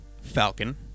Falcon